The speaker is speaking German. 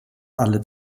alle